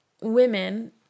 women